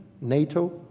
NATO